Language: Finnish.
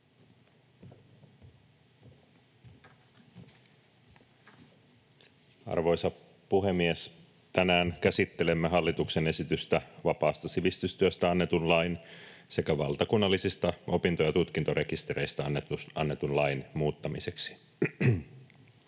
Arvoisa puhemies! Tänään käsittelemme hallituksen esitystä vapaasta sivistystyöstä annetun lain sekä valtakunnallisista opinto‑ ja tutkintorekistereistä annetun lain muuttamiseksi.